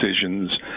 decisions